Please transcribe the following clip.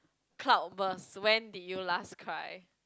cloud burst when did you last cry